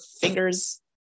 fingers